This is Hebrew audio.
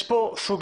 יש פה סוגיה,